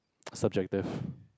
subjective